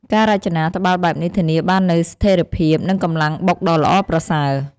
ការរចនាត្បាល់បែបនេះធានាបាននូវស្ថេរភាព និងកម្លាំងបុកដ៏ល្អប្រសើរ។